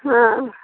हाँ